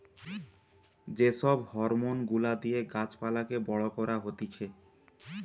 যে সব হরমোন গুলা দিয়ে গাছ পালাকে বড় করা হতিছে